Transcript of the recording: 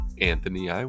Anthony